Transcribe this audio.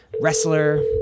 wrestler